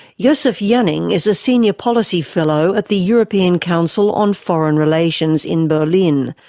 josef janning is a senior policy fellow at the european council on foreign relations in berlin.